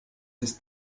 ist